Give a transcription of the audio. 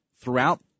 throughout